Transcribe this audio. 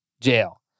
jail